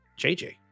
JJ